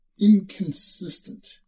inconsistent